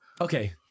Okay